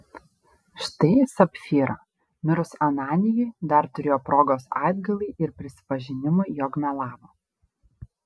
štai sapfyra mirus ananijui dar turėjo progos atgailai ir prisipažinimui jog melavo